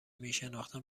میشناختم